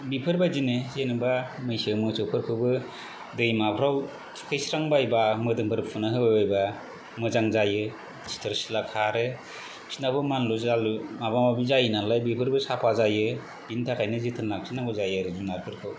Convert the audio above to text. बिफोरबायदिनो जेन'बा मैसो मोसौफोरखौबो दैमाफ्राव थुखैस्रांबायबा मोदोमफोर फुनाय होबायबायबा मोजां जायो सिथर सिला खारो बिसोरनाबो मानलु जान्लु माबा माबि जायो नालाय बेफोरबो साफा जायो बिनि थाखायनो जोथोन लाखिनांगौ जायो आरो जुनारफोरखौ